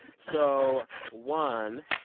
so one,